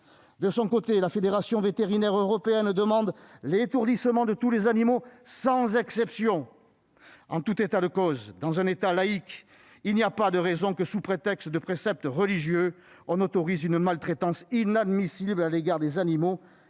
De son côté, la Fédération vétérinaire européenne (FVE) demande « l'étourdissement de tous les animaux, sans exception ». En tout état de cause, dans un État laïque, il n'y a pas de raison que, sous prétexte de préceptes religieux, l'on autorise une maltraitance inadmissible à l'égard des animaux